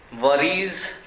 Worries